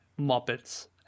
muppets